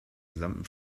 gesamten